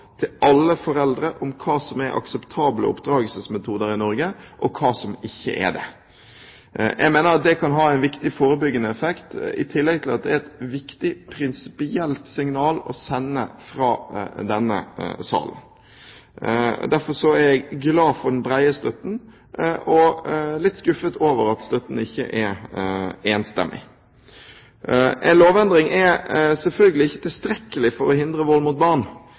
til alle foreldre om hva som er akseptable oppdragelsesmetoder i Norge og hva som ikke er det. Jeg mener at dette kan ha en viktig forebyggende effekt, i tillegg til at det er et viktig prinsipielt signal å sende fra denne sal. Derfor er jeg glad for den brede støtten og skuffet over at støtten ikke er enstemmig. En lovendring er selvfølgelig ikke tilstrekkelig for å hindre vold mot barn.